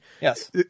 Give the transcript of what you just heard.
Yes